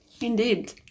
Indeed